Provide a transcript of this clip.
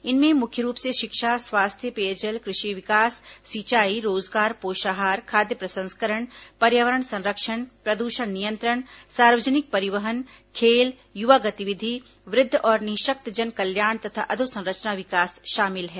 इनमें मुख्य रूप से शिक्षा स्वास्थ्य पेयजल कृषि विकास सिंचाई रोजगार पोषाहार खाद्य प्रसंस्करण पर्यावरण संरक्षण प्रदूषण नियंत्रण सार्वजनिक परिवहन खेल युवा गतिविधि वृद्ध और निःशक्तजन कल्याण तथा अधोसंरचना विकास शामिल हैं